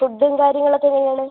ഫുഡും കാര്യങ്ങളൊക്കെ എങ്ങനെയാണ്